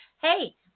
Hey